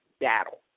battle